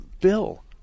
bill